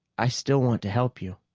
i still want to help you.